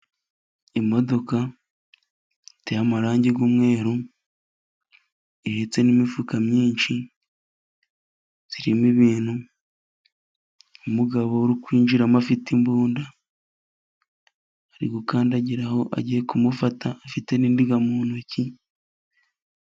Imodoka iteye amarangi y'umweru ndetse n'imifuka myinshi irimo ibintu. Umugabo uri kwinjiramo afite imbunda, ari gukandagiraho agiye kumufata, afite n'indiga mu ntoki.